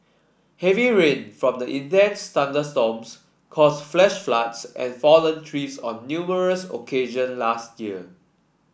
heavy rain from the intense thunderstorms cause flash floods and fallen trees on numerous occasion last year